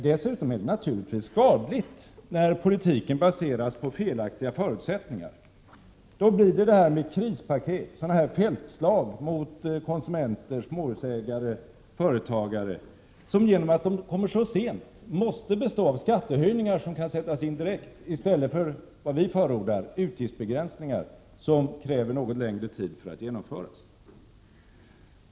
Dessutom är det naturligtvis skadligt när politiken baseras på felaktiga förutsättningar. Då blir det krispaket, sådana där ”Feldt-slag” mot konsumenter, småhusägare, företagare, som genom att de kommer så sent måste bestå av skattehöjningar som kan sättas in direkt, i stället för, vad vi förordar, utgiftsbegränsningar som kräver något längre tid för att genomföras.